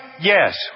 yes